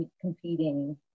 competing